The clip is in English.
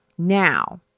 Now